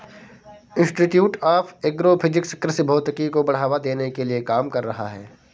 institute of agro physics कृषि भौतिकी को बढ़ावा देने के लिए काम कर रहा है